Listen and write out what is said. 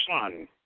son